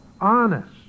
honest